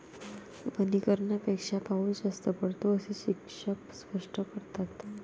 वनीकरणापेक्षा पाऊस जास्त पडतो, असे शिक्षक स्पष्ट करतात